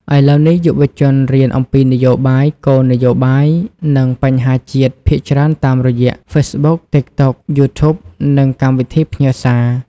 ឥឡូវនេះ យុវជនរៀនអំពីនយោបាយ គោលនយោបាយ និងបញ្ហាជាតិភាគច្រើនតាមរយៈ Facebook, TikTok, YouTube និងកម្មវិធីផ្ញើសារ។